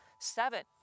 Seven